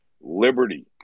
Liberty